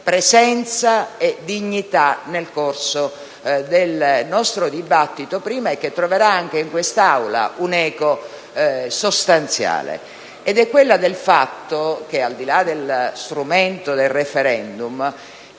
presenza e dignità nel corso del nostro dibattito, prima, e troverà anche in quest'Aula un'eco sostanziale. Mi riferisco al fatto che, al di là dello strumento del *referendum*,